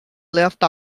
left